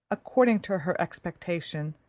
according to her expectation,